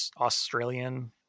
Australian